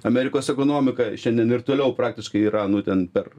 amerikos ekonomika šiandien ir toliau praktiškai yra nu ten per